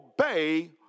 obey